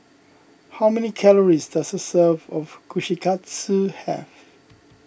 how many calories does a serving of Kushikatsu have